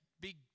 big